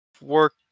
work